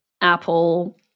Apple